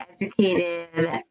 educated